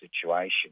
situation